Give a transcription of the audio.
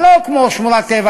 זה לא כמו שמורת טבע